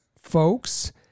folks